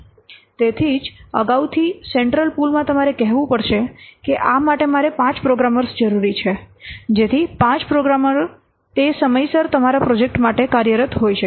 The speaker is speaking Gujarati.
તેથી જ અગાઉથી સેન્ટ્રલ પૂલ માં તમારે કહેવું પડશે કે આ માટે મારે 5 પ્રોગ્રામરો જરૂરી છે જેથી 5 પ્રોગ્રામરો તે સમયસર તમારા પ્રોજેક્ટ માટે કાર્યરત હોઈ શકે